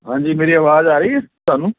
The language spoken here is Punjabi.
ਹਾਂਜੀ ਮੇਰੀ ਆਵਾਜ਼ ਆ ਰਹੀ ਆ ਤੁਹਾਨੂੰ